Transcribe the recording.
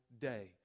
day